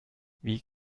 wie